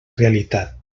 realitat